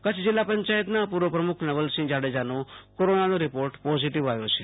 કચ્છ જિલ્લા પંચાયતના પૂર્વ પ્રમુખ નવલસિંહ જાડેજાનો કોરોનાનો રિપોર્ટ પોઝિટિવ આવ્યો છે